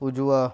उजवा